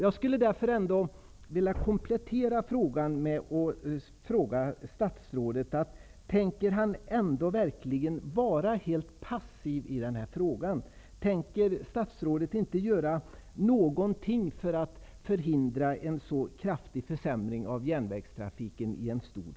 Jag skulle vilja komplettera med följande frågor: